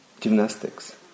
gymnastics